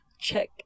Check